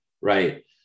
right